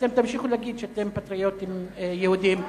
ואתם תמשיכו להגיד שאתם פטריוטים יהודים.